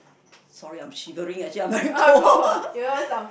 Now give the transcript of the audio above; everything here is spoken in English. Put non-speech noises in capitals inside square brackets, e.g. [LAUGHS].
sorry I'm shivering actually I'm very cold [LAUGHS]